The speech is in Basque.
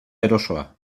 erosoa